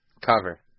Cover